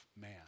man